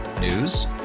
News